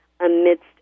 amidst